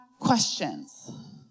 Questions